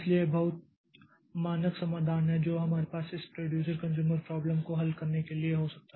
इसलिए यह बहुत मानक समाधान है जो हमारे पास इस प्रोड्यूसर कन्ज़्यूमर प्राब्लम को हल करने के लिए हो सकता है